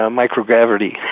microgravity